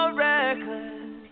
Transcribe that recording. reckless